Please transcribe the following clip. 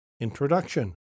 Introduction